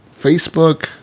Facebook